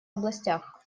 областях